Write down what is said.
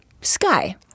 sky